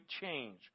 change